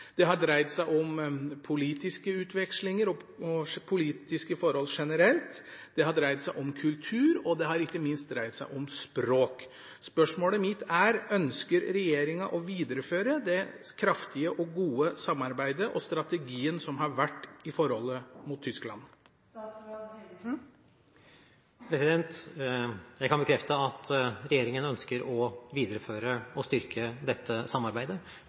det har dreid seg om politiske utvekslinger og politiske forhold generelt, om kultur og ikke minst om språk. Spørsmålet mitt er: Ønsker regjeringen å videreføre det kraftige og gode samarbeidet og strategien som har vært i forholdet til Tyskland? Jeg kan bekrefte at regjeringen ønsker å videreføre og styrke dette samarbeidet,